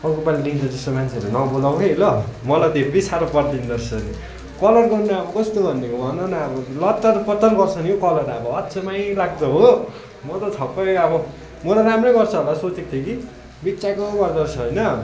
अर्को पालिदेखि त त्यस्तो मान्छेहरू नबोलाऊ है ल मलाई त हेब्बी साह्रो परिदिँदो रहेछ नि कलर गर्नु पनि अब कस्तो भनिदिएको भन न अब लतरपतर गर्छ नि हौ कलर अब अचम्मैलाग्दो हो म त छक्कै अब म त राम्रै गर्छ होला सोचेको थिएँ कि बिच्चाको गर्दोरहेछ होइन